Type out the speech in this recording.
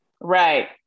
right